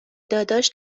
داداش